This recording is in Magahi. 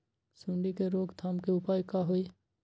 सूंडी के रोक थाम के उपाय का होई?